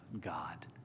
God